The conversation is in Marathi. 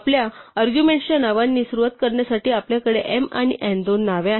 आपल्या अर्ग्युमेंट्सच्या नावांनी सुरुवात करण्यासाठी आपल्याकडे m आणि n दोन नावे आहेत